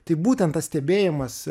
tai būtent tas stebėjimas